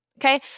okay